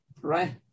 right